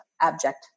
abject